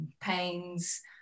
pains